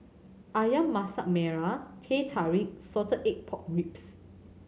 Ayam Masak Merah Teh Tarik Salted Egg Pork Ribs